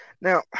Now